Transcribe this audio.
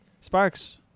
Sparks